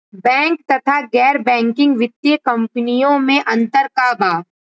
Bank तथा गैर banking वित्तीय कम्पनीयो मे अन्तर का बा?